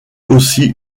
aussi